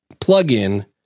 plugin